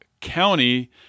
County